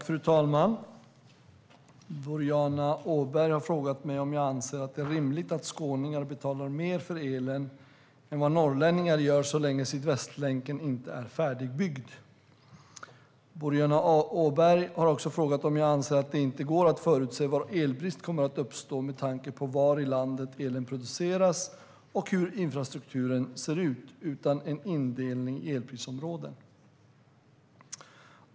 Fru talman! Boriana Åberg har frågat mig om jag anser att det är rimligt att skåningar betalar mer för elen än vad norrlänningar gör så länge Sydvästlänken inte är färdigbyggd. Boriana Åberg har också frågat om jag anser att det inte går att förutse var elbrist kommer att uppstå, med tanke på var i landet elen produceras och hur infrastrukturen ser ut, utan en indelning i elprisområden.